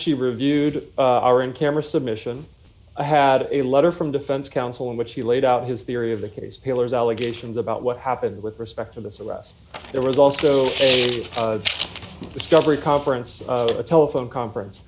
she reviewed are in camera submission i had a letter from defense counsel in which he laid out his theory of the case pillars allegations about what happened with respect to the us there was also a discovery conference a telephone conference